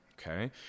okay